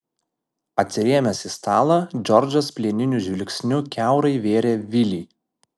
atsirėmęs į stalą džordžas plieniniu žvilgsniu kiaurai vėrė vilį